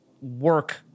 work